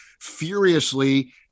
furiously